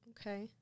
Okay